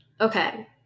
Okay